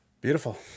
Beautiful